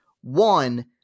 One